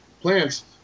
plants